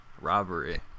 Robbery